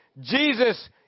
Jesus